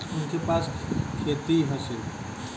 उनके पास खेती हैं सिर्फ